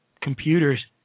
computers